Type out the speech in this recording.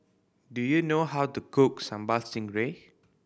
do you know how to cook Sambal Stingray